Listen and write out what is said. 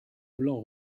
blanc